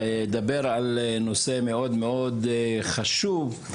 לדבר על נושא מאוד מאוד חשוב.